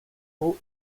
who